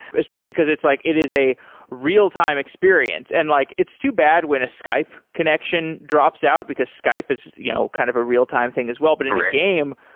especially because it's like it is a real-time experience, and like it's too bad when a skype connection drops out, because skype is you know kind of a real-time thing as well. but in a game,